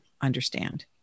understand